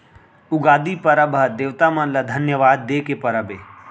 उगादी परब ह देवता मन ल धन्यवाद दे के परब हे